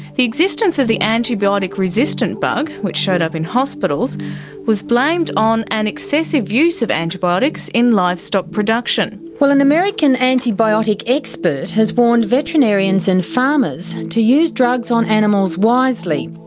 the existence of the antibiotic resistant bug which showed up in hospitals was blamed on an excessive use of antibiotics in livestock production. well, an american antibiotic expert has warned veterinarians and farmers to use drugs on animals wisely.